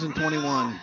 2021